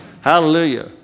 Hallelujah